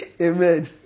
Amen